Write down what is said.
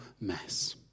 mess